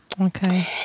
Okay